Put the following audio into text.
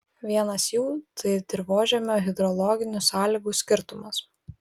vienas jų tai dirvožemio hidrologinių sąlygų skirtumas